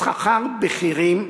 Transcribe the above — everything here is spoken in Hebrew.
(שכר בכירים,